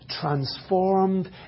transformed